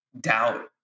doubt